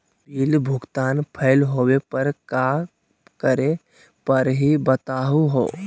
Bill भुगतान fail होवे पर का करै परही, बताहु हो?